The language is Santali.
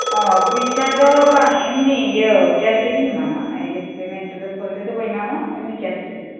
ᱚᱻ ᱯᱚᱭᱥᱟ ᱫᱚ ᱵᱟᱝ ᱮᱢᱱᱤ ᱤᱭᱟᱹ ᱠᱮᱹᱥ ᱛᱮᱜᱮᱧ ᱮᱢᱟᱢᱟ ᱯᱮᱢᱮᱸᱴ ᱛᱮᱫᱚ ᱯᱷᱳᱱ ᱛᱮᱫᱚ ᱵᱟᱹᱧ ᱮᱢᱟᱢᱟ ᱮᱢᱱᱤ ᱠᱮᱹᱥ ᱛᱮᱜᱮ